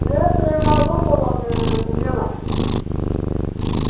एह् प्रेम नाथ होर बोला ने एह् कुन्नैआं दा